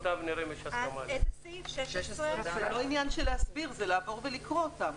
זה לא עניין של להסביר אלא של הקראתם.